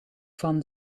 van